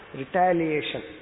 retaliation